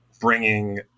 bringing